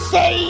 Say